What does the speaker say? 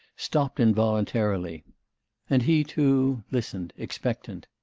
stopped involuntarily and he, too, listened expectant.